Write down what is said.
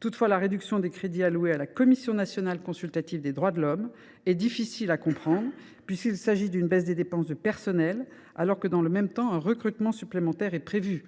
Toutefois, la réduction des crédits alloués à la Commission nationale consultative des droits de l’homme (CNCDH) est difficile à comprendre puisqu’il s’agit d’une baisse des dépenses de personnel alors que, dans le même temps, un recrutement supplémentaire est prévu.